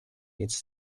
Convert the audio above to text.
its